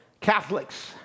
Catholics